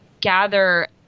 gather